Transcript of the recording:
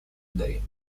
day